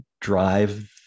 drive